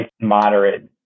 moderate